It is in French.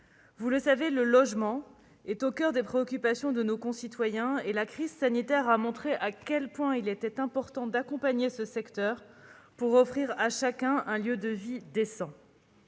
vous le savez, le logement est au coeur des préoccupations de nos concitoyens et la crise sanitaire a montré à quel point il était important d'accompagner ce secteur pour offrir à chacun un lieu de vie décent.